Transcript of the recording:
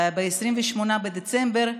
וב-28 בדצמבר,